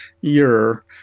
year